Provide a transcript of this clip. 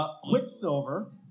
Quicksilver